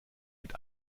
mit